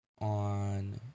on